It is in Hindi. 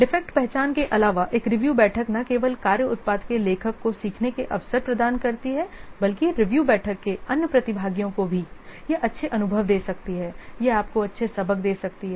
डिफेक्ट पहचान के अलावा एक रिव्यू बैठक न केवल कार्य उत्पाद के लेखक को सीखने के अवसर प्रदान करती है बल्कि रिव्यू बैठक के अन्य प्रतिभागियों को भी यह अच्छे अनुभव दे सकती है यह आपको अच्छे सबक दे सकती है